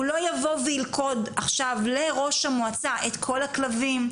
הוא לא יבוא וילכוד עכשיו לראש המועצה את כל הכלבים,